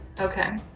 Okay